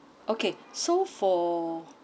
okay so for